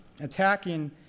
attacking